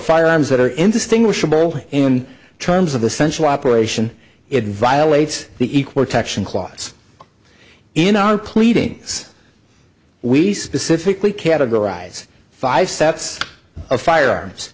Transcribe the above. firearms that are indistinguishable in terms of essential operation it violates the equal protection clause in our pleadings we specifically categorize five sets of firearms